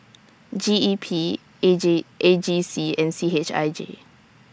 G E P A J G C and C H I J